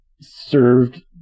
served